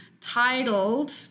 titled